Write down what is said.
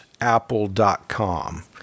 apple.com